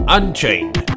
Unchained